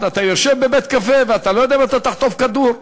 אתה יושב בבית-קפה ואתה לא יודע אם תחטוף כדור.